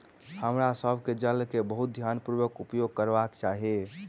हमरा सभ के जल के बहुत ध्यानपूर्वक उपयोग करबाक चाही